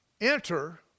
Enter